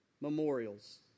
Memorials